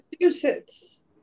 Massachusetts